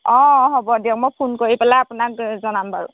অঁ হ'ব দিয়ক মই ফোন কৰি পেলাই আপোনাক জনাম বাৰু